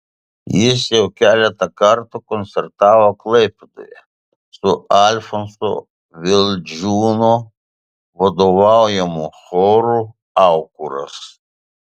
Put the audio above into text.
jis jau keletą kartų koncertavo klaipėdoje su alfonso vildžiūno vadovaujamu choru aukuras